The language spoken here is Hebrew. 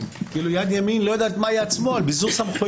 יד ימין לא יודעת מה יד שמאל עושה.